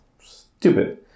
stupid